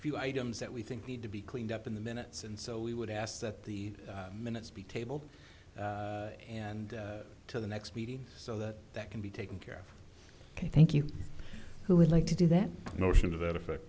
few items that we think need to be cleaned up in the minutes and so we would ask that the minutes be tabled and to the next meeting so that that can be taken care of thank you who would like to do that notion of